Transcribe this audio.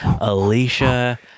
Alicia